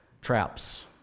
Traps